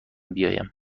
بیایم